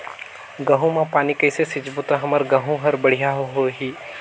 गहूं म पानी कइसे सिंचबो ता हमर गहूं हर बढ़िया होही?